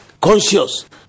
conscious